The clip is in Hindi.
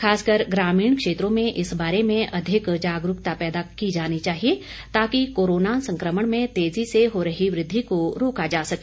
खासकर ग्रामीण क्षेत्रों में इस बारे में अधिक जागरूकता पैदा की जानी चाहिए ताकि कोरोना संकमण में तेजी से हो रही वृद्धि को रोका जा सके